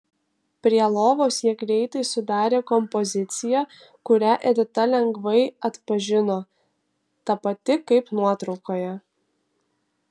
prie lovos jie greitai sudarė kompoziciją kurią edita lengvai atpažino ta pati kaip nuotraukoje